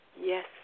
Yes